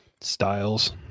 styles